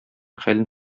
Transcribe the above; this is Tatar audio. хәлен